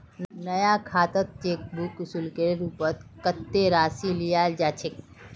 नया खातात cheque book शुल्केर रूपत कत्ते राशि लियाल जा छेक